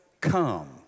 come